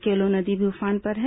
केलो नदी भी उफान पर है